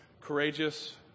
courageous